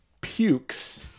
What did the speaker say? pukes